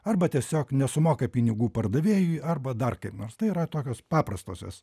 arba tiesiog nesumoka pinigų pardavėjui arba dar kam nors tai yra tokios paprastosios